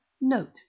Note